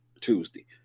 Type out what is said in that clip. Tuesday